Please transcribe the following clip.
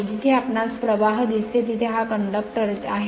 जिथे आपणास प्रवाह दिसते तेथे हा कंडक्टर तेथे आहे